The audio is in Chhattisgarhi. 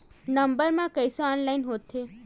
नम्बर मा कइसे ऑनलाइन होथे?